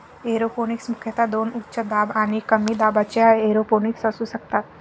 aeroponics मुख्यतः दोन उच्च दाब आणि कमी दाबाच्या एरोपोनिक्स असू शकतात